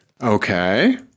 okay